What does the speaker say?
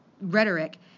rhetoric